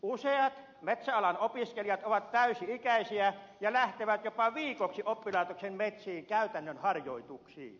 useat metsäalan opiskelijat ovat täysi ikäisiä ja lähtevät jopa viikoksi oppilaitoksen metsiin käytännön harjoituksiin